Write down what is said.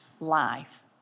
Life